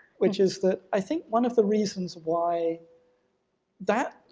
which is that i think one of the reasons why that,